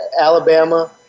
Alabama